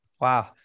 Wow